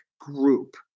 group